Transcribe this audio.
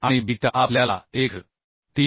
आणि बीटा आपल्याला 1